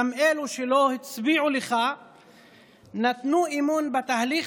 גם אלו שלא הצביעו לך נתנו אמון בתהליך